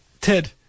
Ted